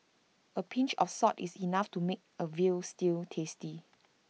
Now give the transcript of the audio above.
A pinch of salt is enough to make A Veal Stew tasty